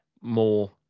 more